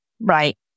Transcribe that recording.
Right